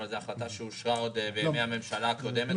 אבל זאת החלטה שאושרה עוד בימי הממשלה הקודמת.